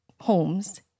homes